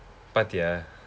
பார்த்தியா:paarththiyaa